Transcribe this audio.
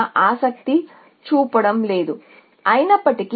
దీని కోసం అసలు కాస్ట్ను మేము లెక్కించలేదు కాని ఒకసారి మేము వాటిని మెరుగుపరుస్తాము